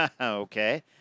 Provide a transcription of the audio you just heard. Okay